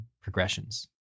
progressions